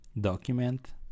document